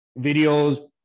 videos